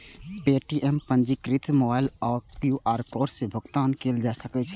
Paytm सं पंजीकृत mobile number आ क्यू.आर कोड सं भुगतान कैल जा सकै छै